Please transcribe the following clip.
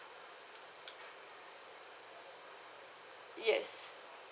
yes